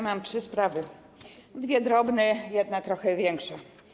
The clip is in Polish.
Mam trzy sprawy - dwie drobne, jedną trochę większą.